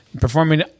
performing